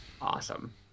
awesome